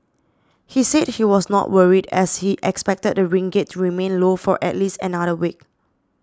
he said he was not worried as he expected the ringgit remain low for at least another week